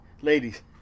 ladies